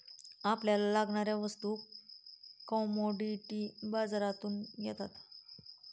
आपल्याला लागणाऱ्या वस्तू कमॉडिटी बाजारातून येतात